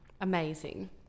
Amazing